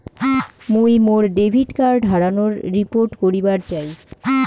মুই মোর debit card হারানোর রিপোর্ট করিবার চাই